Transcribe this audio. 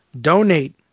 donate